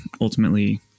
ultimately